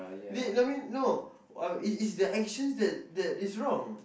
they I mean no it it's their actions that that is wrong